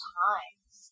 times